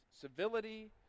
civility